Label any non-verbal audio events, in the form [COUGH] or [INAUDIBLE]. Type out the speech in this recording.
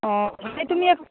ও ভাই তুমি [UNINTELLIGIBLE]